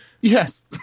yes